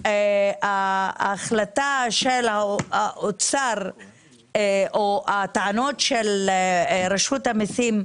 ההחלטה של האוצר או הטענות של רשות המיסים,